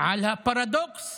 על הפרדוקס